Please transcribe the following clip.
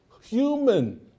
human